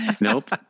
Nope